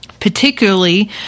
particularly